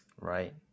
Right